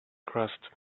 crust